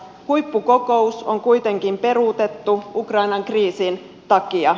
huippukokous on kuitenkin peruutettu ukrainan kriisin takia